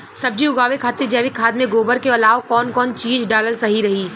सब्जी उगावे खातिर जैविक खाद मे गोबर के अलाव कौन कौन चीज़ डालल सही रही?